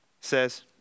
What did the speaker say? says